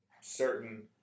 certain